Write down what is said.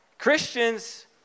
Christians